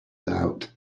doubt